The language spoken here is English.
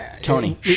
Tony